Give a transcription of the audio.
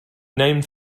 named